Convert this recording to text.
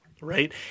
right